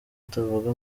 atavuga